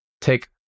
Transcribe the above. take